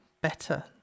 better